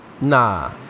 nah